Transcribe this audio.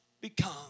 become